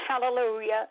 Hallelujah